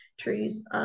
trees